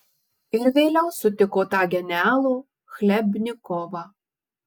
ir vėliau sutiko tą genialų chlebnikovą